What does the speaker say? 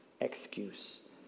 excuse